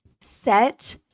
Set